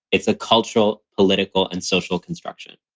it's a cultural, political and social construction